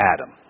Adam